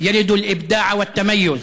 חנאן אל-חרוב.